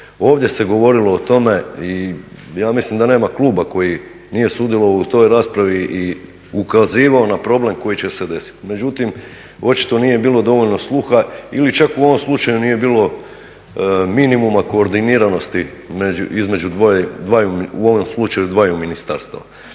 ovdje se govorilo o tome i ja mislim da nema kluba koji nije sudjelovao u toj raspravi i ukazivao na problem koji će se desiti. Međutim, očito nije bilo dovoljno sluha ili čak u ovom slučaju nije bilo minimuma koordiniranosti između dvaju, u ovom slučaju dvaju ministarstava.